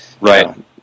Right